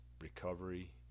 recovery